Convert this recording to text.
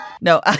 No